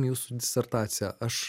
jūsų disertacija aš